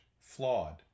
flawed